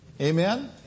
Amen